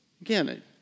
Again